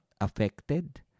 affected